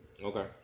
Okay